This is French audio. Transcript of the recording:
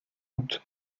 août